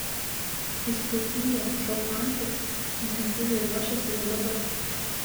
įspūdingiems šou antis intensyviai ruošiasi jau dabar